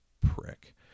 prick